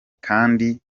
kandi